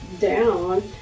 down